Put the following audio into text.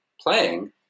playing